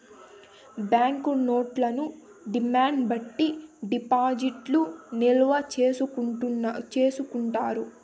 bank నోట్లను demand బట్టి డిపాజిట్లు నిల్వ చేసుకుంటారు